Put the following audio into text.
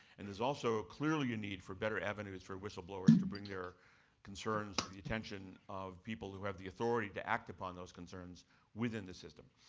and there's also clearly a need for better avenues for whistleblowers to bring their concerns to the attention of people who have the authority to act upon those concerns within the system.